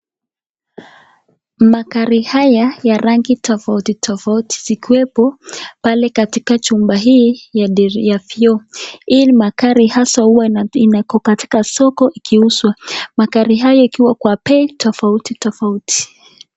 Magari haya, ya rangi tofauti tofauti zikiwepo, pale katika chumba hii, ya diri, ya vioo, hii ni magari hasa huwa iko katika soko ikiuzwa, magari haya ikiwa kwa bei, tofauti tofauti.